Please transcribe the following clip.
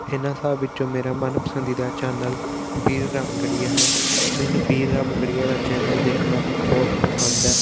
ਇਹਨਾਂ ਸਭ ਵਿੱਚੋਂ ਮੇਰਾ ਮਨ ਪਸੰਦੀਦਾ ਚੈਨਲ ਬੀਰ ਰਾਮਗੜੀਆਂ ਹੈ ਮੈਨੂੰ ਬੀਰ ਰਾਮਗੜੀਆਂ ਦਾ ਚੈਨਲ ਦੇਖਣਾ ਬਹੁਤ ਪਸੰਦ ਹੈ